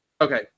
Okay